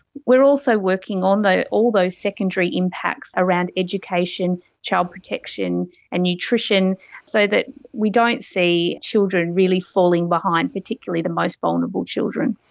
we are also working on all those secondary impacts around education, child protection and nutrition so that we don't see children really falling behind, particularly the most vulnerable children.